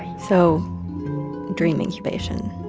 so dream incubation.